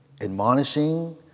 admonishing